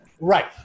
Right